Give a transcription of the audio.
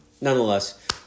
nonetheless